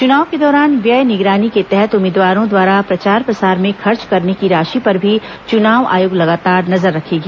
चुनाव के दौरान व्यय निगरानी के तहत उम्मीदवारों द्वारा प्रचार प्रसार में खर्च करने की राशि पर भी चुनाव आयोग लगातार नजर रखेगी